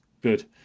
good